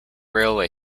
railway